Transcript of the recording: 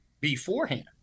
beforehand